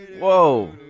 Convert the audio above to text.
Whoa